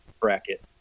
bracket